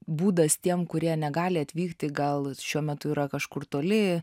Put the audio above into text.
būdas tiem kurie negali atvykti gal šiuo metu yra kažkur toli